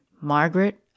Margaret